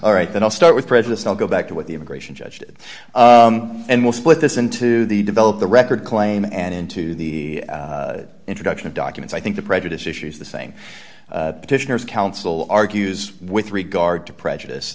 all right that i'll start with prejudice i'll go back to what the immigration judge did and we'll split this into the develop the record claim and into the introduction of documents i think the prejudice issues the same petitioners counsel argues with regard to prejudice